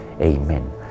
Amen